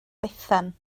bethan